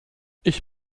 ich